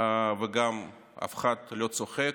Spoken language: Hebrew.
וגם אף אחד לא צוחק,